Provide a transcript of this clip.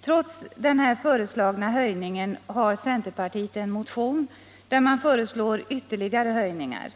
Trots den föreslagna höjningen har centerpartiet en motion, där man önskar ytterligare höjningar.